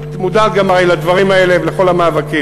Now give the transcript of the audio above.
את הרי מודעת גם לדברים האלה ולכל המאבקים,